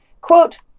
Quote